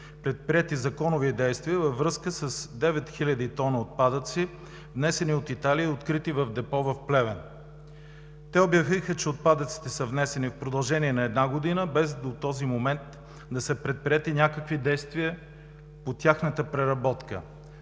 предприетите законови действия във връзка с 9000 т отпадъци, внесени от Италия и открити в депо в Плевен. Те обявиха, че отпадъците са внесени в продължение на една година и до този момент не са предприети някакви действия по тяхната преработка.